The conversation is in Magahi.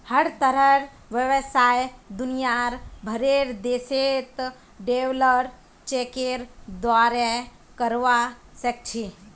हर तरहर व्यवसाय दुनियार भरेर देशत ट्रैवलर चेकेर द्वारे करवा सख छि